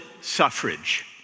suffrage